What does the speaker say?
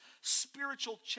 spiritual